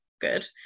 good